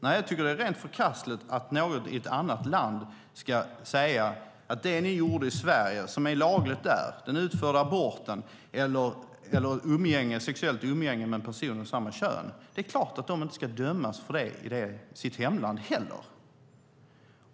Nej, jag tycker att det är rent förkastligt att någon i ett annat land säger något annat än: Det ni gjorde i Sverige som är lagligt där - den utförda aborten eller det sexuella umgänget med en person av samma kön - ska ni självklart inte dömas för i ert hemland heller.